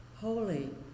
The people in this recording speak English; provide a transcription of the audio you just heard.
Holy